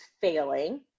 failing